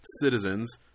citizens